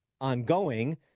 ongoing